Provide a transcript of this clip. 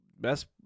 best